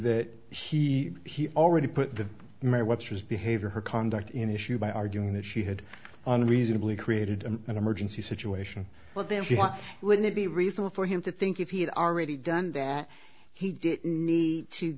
that he he already put my webster's behavior her conduct in issue by arguing that she had unreasonably created an emergency situation but then why wouldn't it be reasonable for him to think if he had already done that he didn't need to